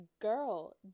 girl